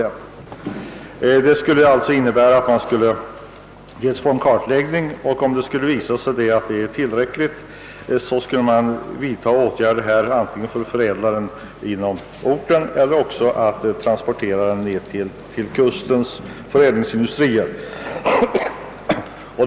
Om det vid en sådan kartläggning visar sig att tillgången är tillräcklig, kan åtgärder vidtas för att förädla råvaran i orten eller transportera den ned till förädlingsindustrierna vid kusten.